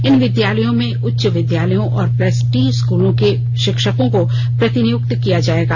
इन विद्यालयों में उच्च विद्यालयों और प्लस टी स्कूलों के शिक्षकों को प्रतिनियुक्त किया जाएगा